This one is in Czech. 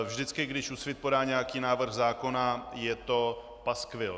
Vždycky, když Úsvit podá nějaký návrh zákona, je to paskvil.